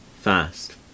fast